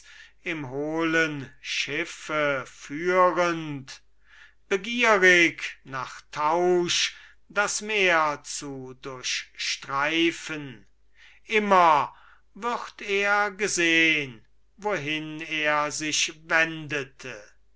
im hohlen schiffe führend begierig nach tausch das meer zu durchstreifen immer würd er gesehn wohin er sich wendete